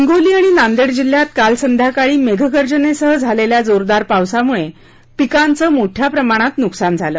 हिंगोली आणि नांदेड जिल्ह्यात काल संध्याकाळी मेघगर्जनेसह झालेल्या जोरदार पावसामुळे पिकांचं मोठ्या प्रमाणात नुकसान झालं